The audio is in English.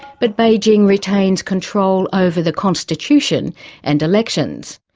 but beijing retains control over the constitution and elections.